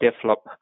develop